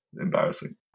embarrassing